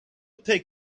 take